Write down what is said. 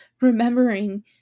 Remembering